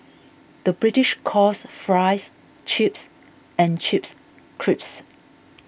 the British calls Fries Chips and Chips Crisps